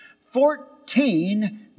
Fourteen